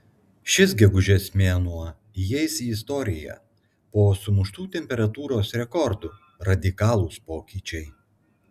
šis gegužės mėnuo įeis į istoriją po sumuštų temperatūros rekordų radikalūs pokyčiai